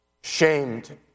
shamed